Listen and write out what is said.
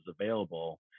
available